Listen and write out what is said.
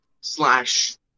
slash